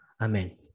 Amen